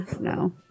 no